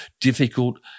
difficult